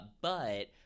but-